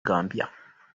gambia